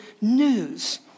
news